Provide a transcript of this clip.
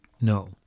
No